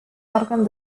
òrgan